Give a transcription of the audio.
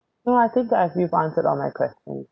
no I think that I you've answered all my questions